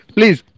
Please